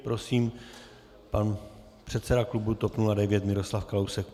Prosím, pan předseda klubu TOP 09 Miroslav Kalousek.